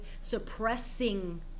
suppressing